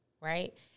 right